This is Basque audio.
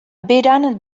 beran